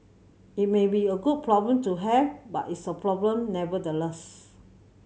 it may be a good problem to have but it's a problem nevertheless